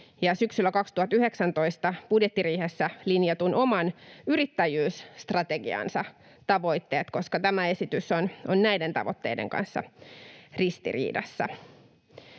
syksyllä 2019 budjettiriihessä linjatun oman yrittäjyysstrategiansa tavoitteet, koska tämä esitys on niiden tavoitteiden kanssa ristiriidassa.